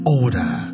order